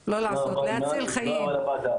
חיים.